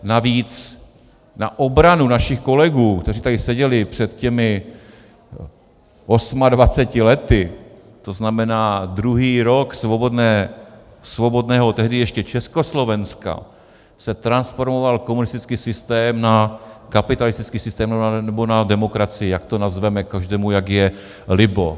Navíc na obranu našich kolegů, kteří tady seděli před těmi 28 lety, to znamená druhý rok svobodného tehdy ještě Československa, se transformoval komunistický systém na kapitalistický systém, nebo na demokracii jak to nazveme, každému jak je libo.